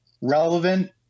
relevant